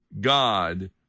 God